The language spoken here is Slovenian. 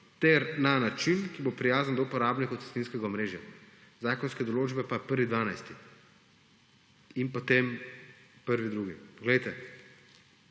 ter na način, ki bo prijazen do uporabnikov cestninskega omrežja. Zakonska določba pa je 1. 12. in potem 1. 2. Glejte,